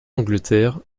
angleterre